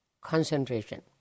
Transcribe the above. concentration